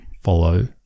follow